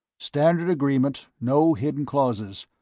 standard agreement, no hidden clauses.